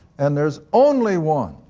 and theres only one